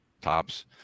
tops